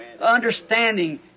understanding